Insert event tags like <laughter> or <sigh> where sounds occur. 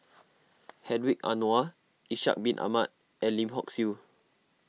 <noise> Hedwig Anuar Ishak Bin Ahmad and Lim Hock Siew